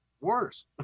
Worse